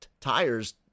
tires